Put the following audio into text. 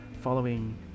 Following